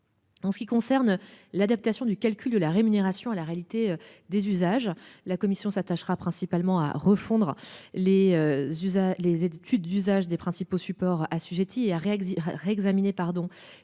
En ce qui concerne l'adaptation du calcul de la rémunération à la réalité des usages. La Commission s'attachera principalement à refondre les Usa. Les études d'usage des principaux supports assujettis et a réagi à réexaminer